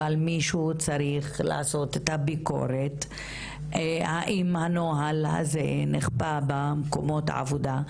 אבל מישהו צריך לעשות את הביקורת האם הנוהל הזה נכפה במקומות העבודה,